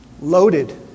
Loaded